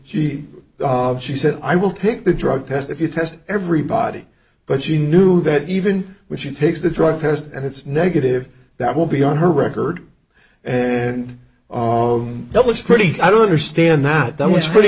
he she said i will pick the drug test if you test everybody but she knew that even when she takes the drug test and it's negative that will be on her record and that was pretty i don't understand that that was pretty